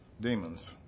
demons